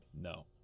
No